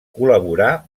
col·laborà